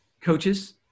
coaches